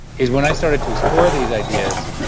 is when i started to explore these ideas,